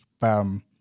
Bam